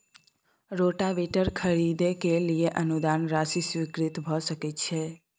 Rotavator खरीदे के लिए अनुदान राशि स्वीकृत भ सकय छैय?